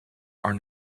are